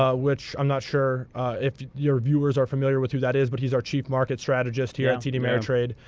ah which i'm not sure if your viewers are familiar with who that is, but he's our chief market strategist here at td ameritrade.